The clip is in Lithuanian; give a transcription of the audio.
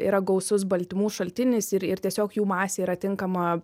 yra gausus baltymų šaltinis ir ir tiesiog jų masė yra tinkama